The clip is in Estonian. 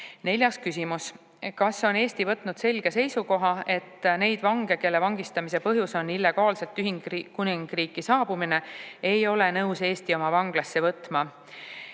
Neljas küsimus: "Kas Eesti on võtnud selge seisukoha, et neid vange, kelle vangistamise põhjus on illegaalselt Ühendkuningriiki saabumine, ei ole nõus Eesti oma vanglasse vastu